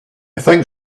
think